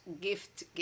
gift